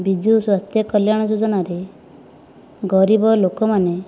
ବିଜୁ ସ୍ୱାସ୍ଥ୍ୟକଲ୍ୟାଣ ଯୋଜନାରେ ଗରିବ ଲୋକମାନେ